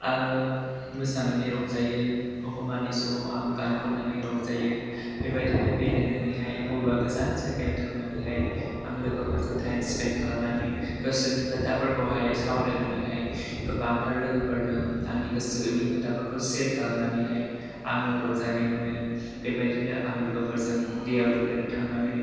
आङो मोसानानै रंजायो एखनबानि समाव आं गान खननानै रंजायो बेबायदिनो बेरायनानैहाय बबेबा गोजान जायगायाव थांनानैहाय आं लोगोफोरजों टाइम स्पेन्ड खालामनानै गोसोनि खोथाफोरखौ सावरायनानैहाय गोबांथार लोगोफोरजों आंनि गोसोनि खोथाफोरखौ सेयार खालामनानैहाय आङो रंजानाय मोनो बेबायदिनो आं लोगोफोरजों दैआव दुगैनो थांनानै